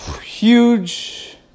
huge